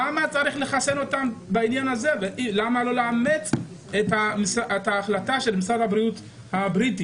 למה צריך לחסן אותם ולא לאמץ את ההחלטה של משרד הבריאות הבריטי?